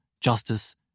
justice